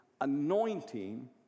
anointing